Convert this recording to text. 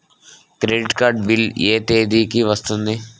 Credit card bill ఎ తేదీ కి వస్తుంది?